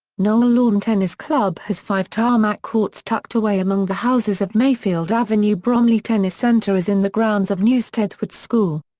knoll lawn tennis club has five tarmac courts tucked away among the houses of mayfield avenue. bromley tennis centre is in the grounds of newstead wood school.